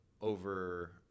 over